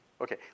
Okay